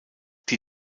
die